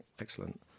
Excellent